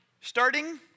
starting